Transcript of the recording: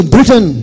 Britain